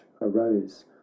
arose